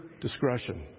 discretion